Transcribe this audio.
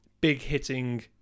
big-hitting